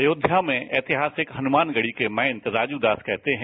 अयोध्या में ऐतिहासिक हनुमानगढ़ी के महंत राजू दास कहते हैं